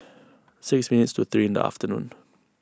six minutes to three in the afternoon